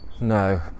no